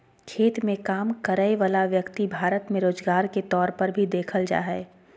खेत मे काम करय वला व्यक्ति भारत मे रोजगार के तौर पर भी देखल जा हय